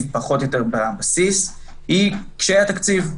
פחות או יותר בבסיס היא קשיי התקציב.